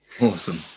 Awesome